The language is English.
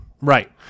Right